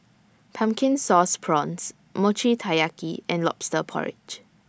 Pumpkin Sauce Prawns Mochi Taiyaki and Lobster Porridge